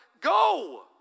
Go